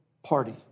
party